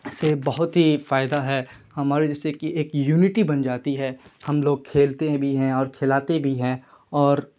سے بہت ہی فائدہ ہے ہمارے جیسے کہ ایک یونٹی بن جاتی ہے ہم لوگ کھیلتے بھی ہیں اور کھلاتے بھی ہیں اور